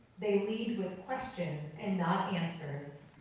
they lead with questions and not answers,